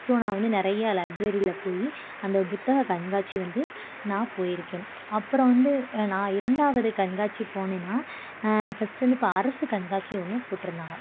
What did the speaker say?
so நான் வந்து நிறைய லைப்ரேரில போய் அந்த புத்தக கண்காட்சி வந்து நான் போயிருக்கேன் அப்புறம் வந்து நான் இரண்டாவது கண்காட்சி போனேன்னா ஃபஸ்ட் வந்து இப்போ அரசு கண்காட்சி ஒன்று போட்டிருந்தாங்க